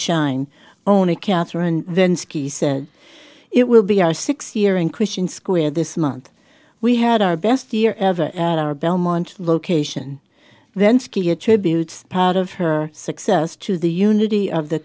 shine only catherine then ski says it will be our sixth year in christian square this month we had our best year ever at our belmont location then ski attributes part of her success to the unity of the